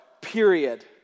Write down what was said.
period